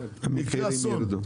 יקרה אסון.